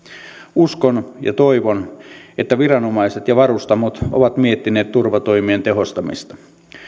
uskon ja toivon että viranomaiset ja varustamot ovat miettineet turvatoimien tehostamista